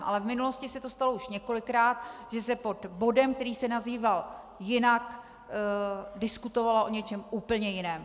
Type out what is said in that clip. Ale v minulosti se to stalo už několikrát, že se pod bodem, který se nazýval jinak, diskutovalo o něčem úplně jiném.